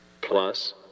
Plus